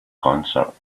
concert